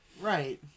Right